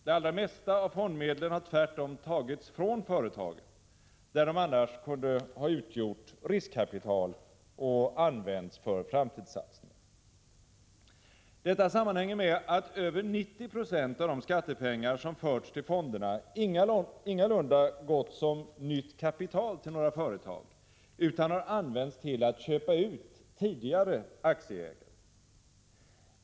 Det allra mesta av fondmedlen har tvärtom tagits från företagen, där de annars kunde ha utgjort riskkapital och använts för framtidssatsningar. Detta sammanhänger med att över 90 90 av de skattepengar som förts till fonderna ingalunda gått som nytt kapital till några företag utan har använts till att köpa ut tidigare aktieägare.